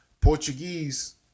Portuguese